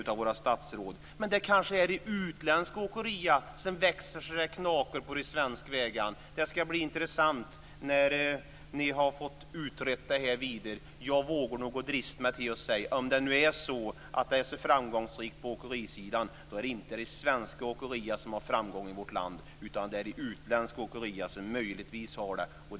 Men det är kanske de utländska åkerierna som växer så det knakar på de svenska vägarna. Det ska bli intressant att se när ni har utrett detta vidare. Jag vågar drista mig till att säga att om det är så framgångsrikt på åkerisidan är det inte de svenska åkerierna som har framgång i vårt land, utan det är möjligtvis de utländska åkerierna.